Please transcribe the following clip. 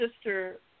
sister